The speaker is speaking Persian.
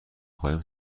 خواهیم